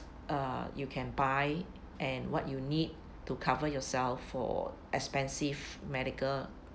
uh you can buy and what you need to cover yourself for expensive medical